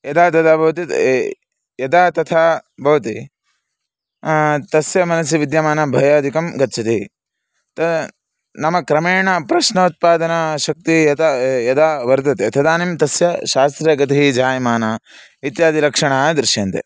यदा तदा भवति यदा तथा भवति तस्य मनसि विद्यमानः भयादिकं गच्छति तत् नाम क्रमेण प्रश्नोत्पादनाशक्तिः यथा यदा वर्धते तदानीं तस्य शास्त्रे गतिः जायमानः इत्यादि लक्षणानि दृश्यन्ते